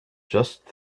just